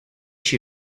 she